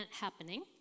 happening